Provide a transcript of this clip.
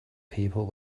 people